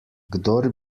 kdor